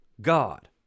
God